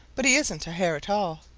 but he isn't a hare at all,